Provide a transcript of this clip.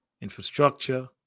infrastructure